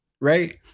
right